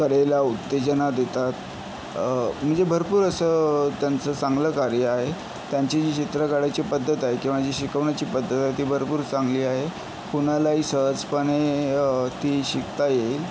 कलेला उत्तेजना देतात म्हणजे भरपूर असं त्यांचं चांगलं कार्य आहे त्यांची जी चित्र काढायची पद्धत आहे किंवा जी शिकवण्याची पद्धत आहे ती भरपूर चांगली आहे कुणालाही सहजपणे ती शिकता येईल